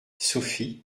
sophie